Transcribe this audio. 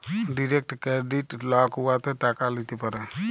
direct credit লক উয়াতে টাকা ল্যিতে পারে